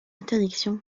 interdiction